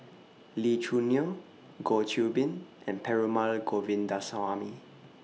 Lee Choo Neo Goh Qiu Bin and Perumal Govindaswamy